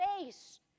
space